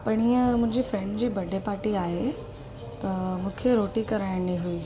पणीह मुंहिंजी फ्रेंड जी बर्डे पार्टी आहे त मूंखे रोटी कराइणी हुई